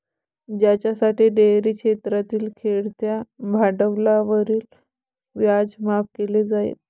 ज्यासाठी डेअरी क्षेत्रातील खेळत्या भांडवलावरील व्याज माफ केले जाईल